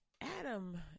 Adam